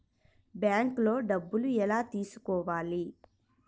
బ్యాంక్లో డబ్బులు ఎలా తీసుకోవాలి?